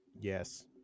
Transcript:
Yes